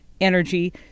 energy